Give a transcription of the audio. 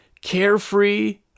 carefree